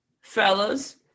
fellas